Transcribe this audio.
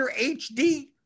HD